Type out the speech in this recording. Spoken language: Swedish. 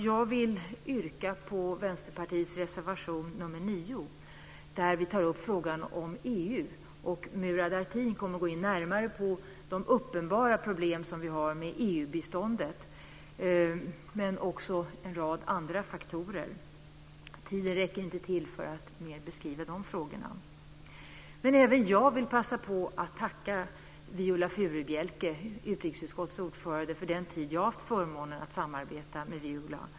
Jag vill yrka bifall till Vänsterpartiets reservation 9, där vi tar upp frågan om EU. Murad Artin kommer att gå in närmare på de uppenbara problem som vi har med EU-biståndet, men också en rad andra faktorer. Tiden räcker inte till för att mer beskriva de frågorna. Även jag vill passa på att tacka Viola Furubjelke, utrikesutskottets ordförande, för den tid då jag har haft förmånen att samarbeta med henne.